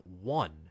one